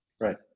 Right